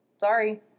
Sorry